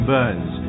Burns